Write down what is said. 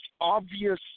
obvious